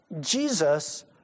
Jesus